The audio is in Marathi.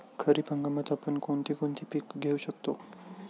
खरीप हंगामात आपण कोणती कोणती पीक घेऊ शकतो?